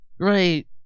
right